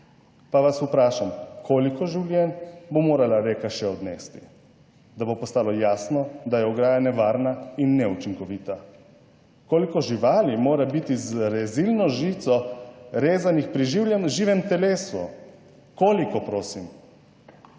Pa vas vprašam, koliko življenj bo morala reka še odnesti, da bo postalo jasno, da je ograja nevarna in neučinkovita? Koliko živali mora biti z rezilno žico rezanih pri živem telesu? Koliko, prosim?